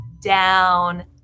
down